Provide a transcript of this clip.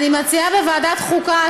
אני מציעה שבוועדת החוקה,